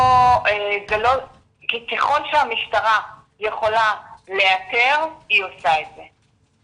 ככל שהמשטרה יכולה לאתר, היא עושה את זה.